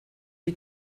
die